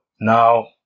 now